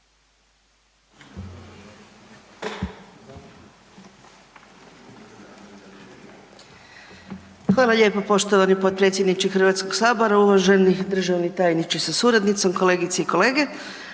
Hvala lijepo poštovani potpredsjedniče HS, poštovani državni tajniče sa suradnicom, poštovane kolegice i kolege.